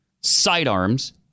sidearms